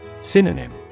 Synonym